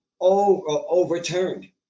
Overturned